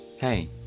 Hey